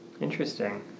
Interesting